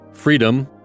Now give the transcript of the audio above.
Freedom